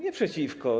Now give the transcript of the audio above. Nie przeciwko.